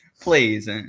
Please